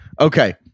Okay